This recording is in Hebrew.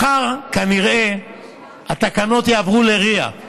מחר כנראה התקנות יעברו ל-RIA,